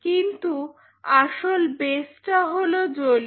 কিন্তু আসল বেস্ টা হল জলীয়